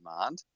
demand